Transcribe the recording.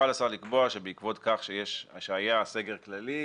יוכל השר לקבוע שבעקבות כך שהיה סגר כללי,